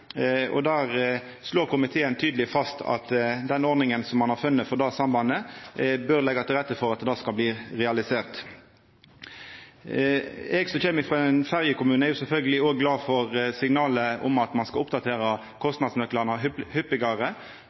komiteen. Der slår komiteen tydeleg fast at den ordninga som ein har funne for det sambandet, bør leggja til rette for at det skal bli realisert. Eg som kjem frå ein ferjekommune, er sjølvsagd òg glad for signalet om at ein skal oppdatera kostnadsnøklane hyppigare,